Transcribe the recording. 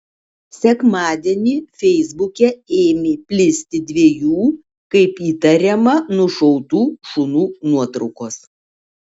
sekmadienį feisbuke ėmė plisti dviejų kaip įtariama nušautų šunų nuotraukos